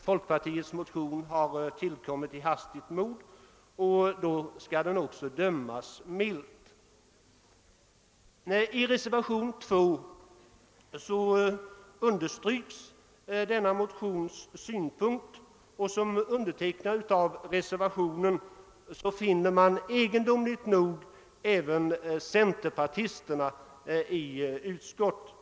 Folkpartiets motion har kanske tillkommit i hastigt mod, och då skall den också bedömas milt. I reservationen 2 understryks de i motionen anförda synpunkterna, och som undertecknare finner man egendomligt nog även centerpartisterna i utskottet.